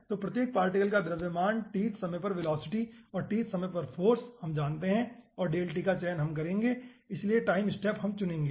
तो प्रत्येक पार्टिकल का द्रव्यमान tth समय पर वेलोसिटी और tth समय पर फाॅर्स हम जानते हैं और का चयन हम करेंगे इसलिए टाइम स्टेप हम चुनेंगे